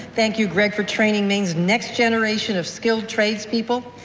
thank you, greg, for training maine's next generation of skilled tradespeople.